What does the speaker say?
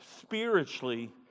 spiritually